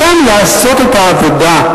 סתם לעשות את העבודה.